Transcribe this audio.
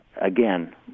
again